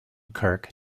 kirk